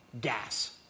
gas